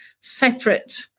separate